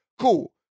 cool